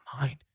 mind